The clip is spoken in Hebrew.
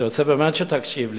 אני רוצה באמת שתקשיב לי,